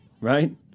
right